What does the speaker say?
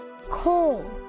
coal